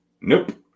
Nope